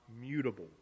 mutable